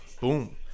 Boom